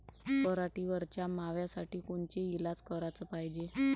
पराटीवरच्या माव्यासाठी कोनचे इलाज कराच पायजे?